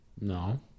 No